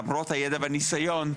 למרות הידע הניסיון,